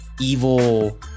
evil